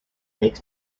makes